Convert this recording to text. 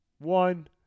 One